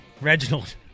Reginald